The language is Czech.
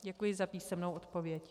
Děkuji za písemnou odpověď.